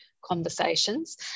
Conversations